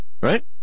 Right